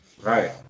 Right